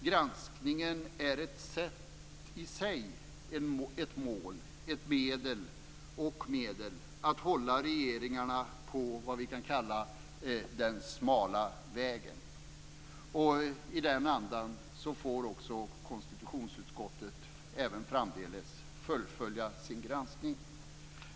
Granskningen är ett sätt, i sig ett mål och ett medel, att hålla regeringarna på det vi kan kalla den smala vägen. I den andan får konstitutionsutskottet även framdeles fullfölja sin granskning.